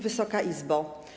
Wysoka Izbo!